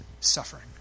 suffering